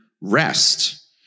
rest